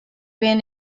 been